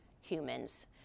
humans